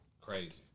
Crazy